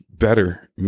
better